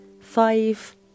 five